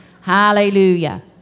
Hallelujah